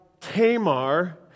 Tamar